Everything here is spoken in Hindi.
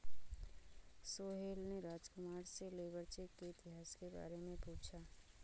सोहेल ने राजकुमार से लेबर चेक के इतिहास के बारे में पूछा